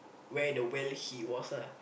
where the well he was ah